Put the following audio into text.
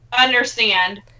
understand